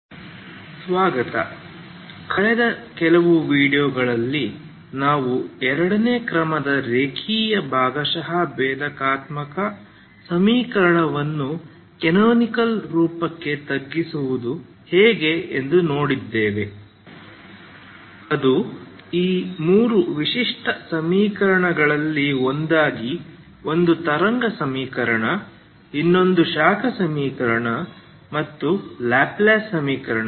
ಅಲೆ ಸಮೀಕರಣಕ್ಕಾಗಿ ಡಿಅಲೆಂಬರ್ಟ್DAlembert ಪರಿಹಾರ ಸ್ವಾಗತ ಕಳೆದ ಕೆಲವು ವೀಡಿಯೊಗಳಲ್ಲಿ ನಾವು ಎರಡನೇ ಕ್ರಮದ ರೇಖೀಯ ಭಾಗಶಃ ಭೇದಾತ್ಮಕ ಸಮೀಕರಣವನ್ನು ಕ್ಯಾನೊನಿಕಲ್ ರೂಪಕ್ಕೆ ತಗ್ಗಿಸುವುದು ಹೇಗೆ ಎಂದು ನೋಡಿದ್ದೇವೆ ಅದು ಈ ಮೂರು ವಿಶಿಷ್ಟ ಸಮೀಕರಣಗಳಲ್ಲಿ ಒಂದಾಗಿದೆ ಒಂದು ತರಂಗ ಸಮೀಕರಣ ಇನ್ನೊಂದು ಶಾಖ ಸಮೀಕರಣ ಮತ್ತು ಲ್ಯಾಪ್ಲೇಸ್ ಸಮೀಕರಣ